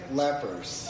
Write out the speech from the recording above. lepers